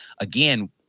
Again